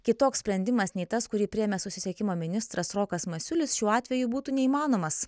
kitoks sprendimas nei tas kurį priėmė susisiekimo ministras rokas masiulis šiuo atveju būtų neįmanomas